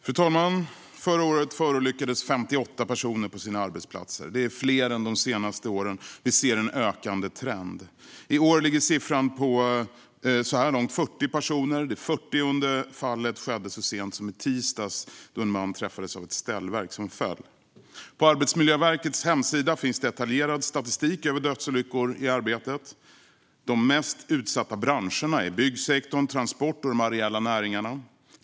Fru talman! Förra året förolyckades 58 personer på sina arbetsplatser. Det är fler än de senaste åren. Vi ser en ökande trend. I år ligger siffran, så här långt, på 40 personer. Det 40:e fallet inträffade så sent som i tisdags då en man träffades av ett ställverk som föll. På Arbetsmiljöverkets hemsida finns detaljerad statistik över dödsolyckor i arbetet. De mest utsatta branscherna är byggsektorn, transport och de areella näringarna.